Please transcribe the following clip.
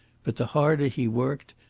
but the harder he worked,